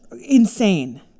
Insane